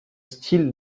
style